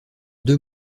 deux